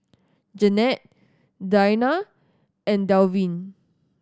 Janette Deana and Dalvin